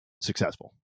successful